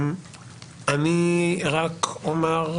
אני רק אומר,